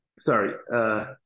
Sorry